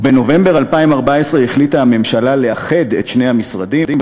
בנובמבר 2014 החליטה הממשלה לאחד את שני המשרדים.